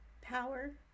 power